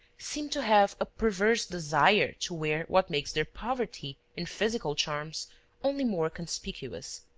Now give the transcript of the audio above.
seem to have a perverse desire to wear what makes their poverty in physical charms only more conspicuous.